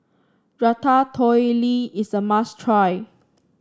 ratatouille is a must try